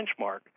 benchmark